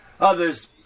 others